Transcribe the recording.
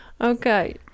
okay